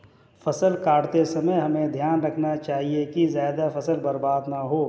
फसल काटते समय हमें ध्यान रखना चाहिए कि ज्यादा फसल बर्बाद न हो